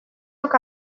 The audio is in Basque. duk